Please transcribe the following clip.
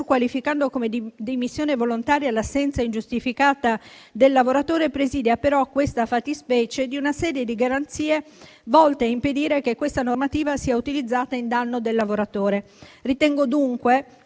qualificando come dimissione volontaria l'assenza ingiustificata del lavoratore, presidia però questa fattispecie di una serie di garanzie volte a impedire che tale normativa sia utilizzata in danno del lavoratore. Ritengo dunque